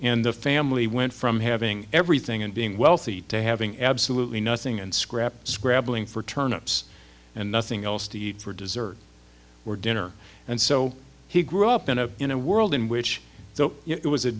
and the family went from having everything and being wealthy to having absolutely nothing and scrap scrabbling for turnips and nothing else to eat for dessert or dinner and so he grew up in a in a world in which so it was a